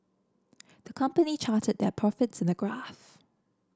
the company charted their profits in the graph